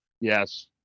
Yes